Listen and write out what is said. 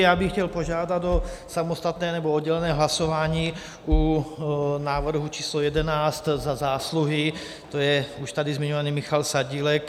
Já bych chtěl požádat o samostatné nebo oddělené hlasování u návrhu číslo 11 Za zásluhy, to je už tady zmiňovaný Michal Sadílek.